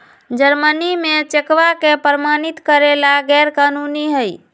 Germany में चेकवा के प्रमाणित करे ला गैर कानूनी हई